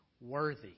worthy